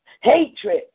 hatred